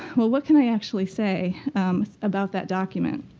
well, what can i actually say about that document?